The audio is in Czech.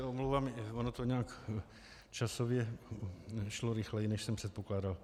Omlouvám se, ono to nějak časově šlo rychleji, než jsem předpokládal.